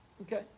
Okay